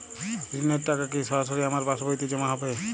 ঋণের টাকা কি সরাসরি আমার পাসবইতে জমা হবে?